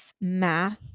math